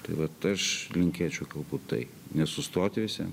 tai vat aš linkėčiau galbūt tai ne sustot visiem